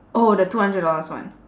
oh the two hundred dollars one